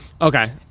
Okay